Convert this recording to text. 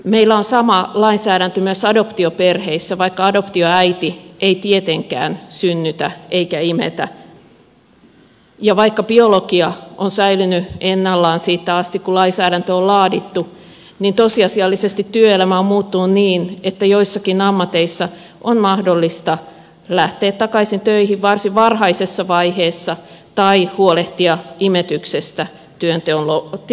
meillä on sama lainsäädäntö myös adoptioperheissä vaikka adoptioäiti ei tietenkään synnytä eikä imetä ja vaikka biologia on säilynyt ennallaan siitä asti kun lainsäädäntö on laadittu niin tosiasiallisesti työelämä on muuttunut niin että joissakin ammateissa on mahdollista lähteä takaisin töihin varsin varhaisessa vaiheessa tai huolehtia imetyksestä työnteon ohessa